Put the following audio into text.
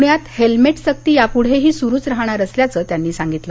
पृण्यात हेल्मेट सक्ती यापूढेही सुरुच रहाणार असल्याचं त्यांनी सांगितलं